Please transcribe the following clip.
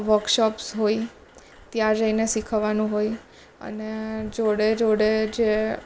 workshops હોય ત્યાં જઈને શિખવવાનું હોય અને જોડે જોડે જે